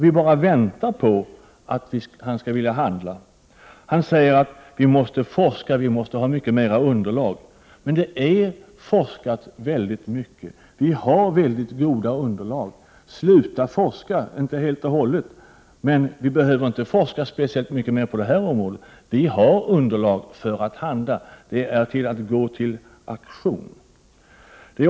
Vi bara väntar på kommunikationsministern. Han säger att vi måste forska, att vi måste ha mycket bättre underlag. Men man har forskat väldigt mycket och vi har ett väldigt gott underlag. Sluta därför att forska — dock inte helt och hållet. Men vi behöver i varje fall inte forska speciellt mycket mera på detta område. Vi har, som sagt, underlag för att handla. Nu är det dags att gå till aktion.